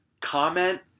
comment